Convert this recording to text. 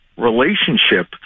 relationship